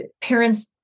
parents